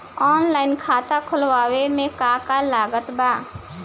Online खाता खुलवावे मे का का लागत बा?